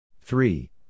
three